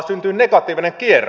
syntyy negatiivinen kierre